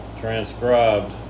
transcribed